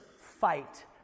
fight